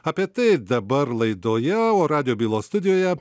apie tai dabar laidoje radijo bylos studijoje